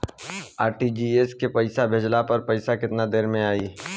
RTGS से पईसा भेजला पर पईसा केतना देर म जाई?